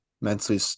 mentally